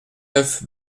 neuf